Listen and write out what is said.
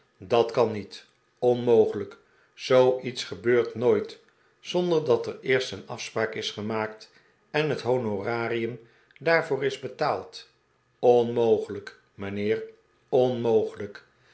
dat kan niet onmogelijk zoo iets gebeurt nooit zonder dat er eerst een afspraak is gemaakt en het honorarium daarvoor is betaald onmogelijk mijnheer onmogelijk